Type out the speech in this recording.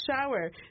shower